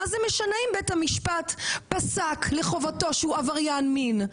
מה זה משנה אם בית המשפט פסק לחובתו שהוא עבריין מין?